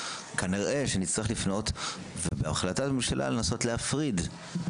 כנראה שנצטרך לפנות ובהחלטת ממשלה לנסות להפריד,